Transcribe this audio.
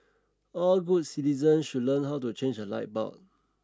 all good citizens should learn how to change a light bulb